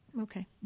Okay